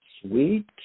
sweet